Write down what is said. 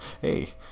Hey